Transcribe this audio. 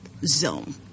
zone